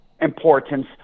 importance